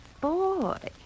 boy